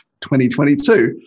2022